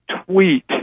tweet